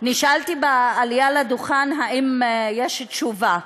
נשאלתי בעלייה לדוכן אם יש תשובה.